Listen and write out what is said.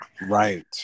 right